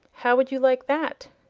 how would you like that?